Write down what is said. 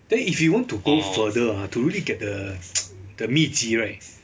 then if you want to go further ah to really get the the 秘籍 right